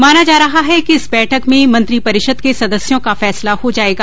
माना जा रहा है कि इस बैठक में मंत्रिपरिषद के सदस्यों का फैसला हो जाएगा